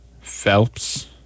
Phelps